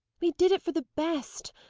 we did it for the best.